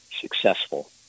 successful